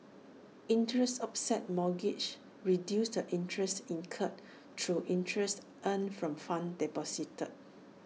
interest offset mortgages reduces the interest incurred through interest earned from funds deposited